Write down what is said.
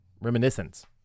Reminiscence